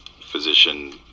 physician